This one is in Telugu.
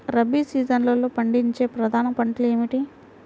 రబీ సీజన్లో పండించే ప్రధాన పంటలు ఏమిటీ?